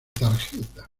tarjeta